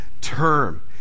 term